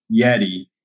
Yeti